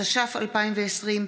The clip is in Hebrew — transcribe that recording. התש"ף 2020,